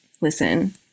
listen